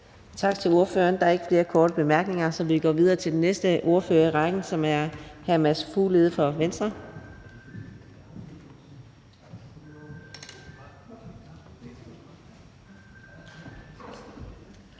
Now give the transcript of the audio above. tak til ordføreren. Der er ikke flere korte bemærkninger, og så går vi videre til den næste i ordførerrækken, som er hr. Peter Have fra Moderaterne.